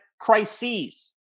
crises